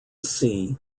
sea